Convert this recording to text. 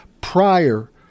prior